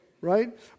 right